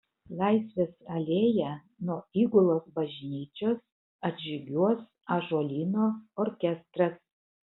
laisvės alėja nuo įgulos bažnyčios atžygiuos ąžuolyno orkestras